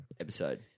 episode